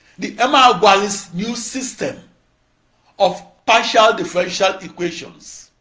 the emeagwali's new system of partial differential equations